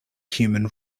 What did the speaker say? human